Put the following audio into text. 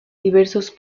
diversos